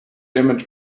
image